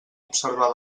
observar